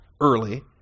early